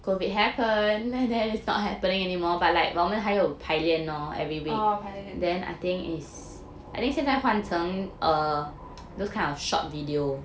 oh 排练